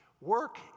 Work